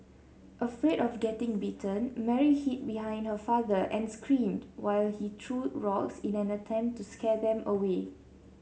afraid of getting bitten Mary hid behind her father and screamed while he threw rocks in an attempt to scare them away